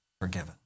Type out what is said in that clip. forgiven